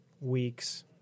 weeks